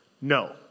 No